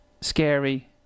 scary